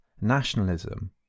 nationalism